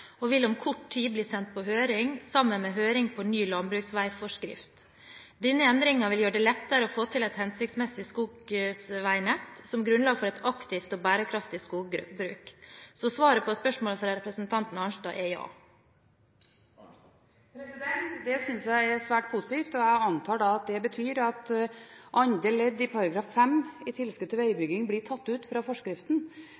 og vil om kort tid bli sendt på høring sammen med høring om ny landbruksveiforskrift. Denne endringen vil gjøre det lettere å få til et hensiktsmessig skogsveinett som grunnlag for et aktivt og bærekraftig skogbruk. Så svaret på spørsmålet fra representanten Arnstad er – ja. Det synes jeg er svært positivt, og jeg antar at det betyr at andre ledd i § 5 om tilskudd til